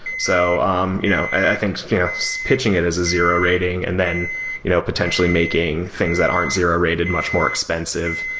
so um you know i think pitching it as a zero rating, and then you know potentially making things that aren't zero-rated much more expensive,